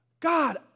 God